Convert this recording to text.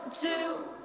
two